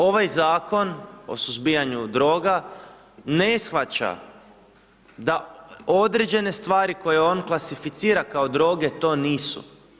Ovaj Zakon o suzbijanju droga ne shvaća da određene stvari koje on klasificira kao droge to nisu.